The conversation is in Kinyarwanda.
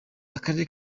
akarere